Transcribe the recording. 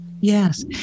Yes